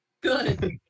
Good